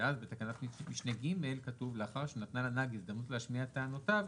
ואז בתקנת משנה (ג) כתוב: לאחר שניתנה לנהג הזדמנות להשמיע את טענותיו,